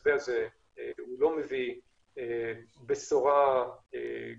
המתווה הזה, הוא לא מביא בשורה גדולה